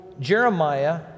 Jeremiah